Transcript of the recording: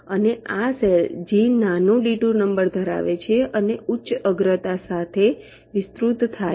અને આ સેલ જે નાનો ડિટૂર નંબર ધરાવે છે અને ઉચ્ચ અગ્રતા સાથે વિસ્તૃત થાય છે